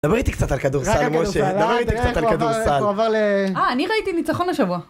דברי איתי קצת על כדורסל, משה. דבר איתי קצת על כדורסל. אה, אני ראיתי ניצחון השבוע.